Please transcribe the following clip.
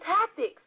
tactics